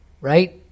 right